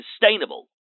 sustainable